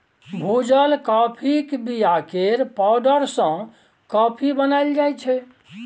भुजल काँफीक बीया केर पाउडर सँ कॉफी बनाएल जाइ छै